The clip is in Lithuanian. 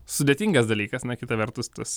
sudėtingas dalykas na kita vertus tas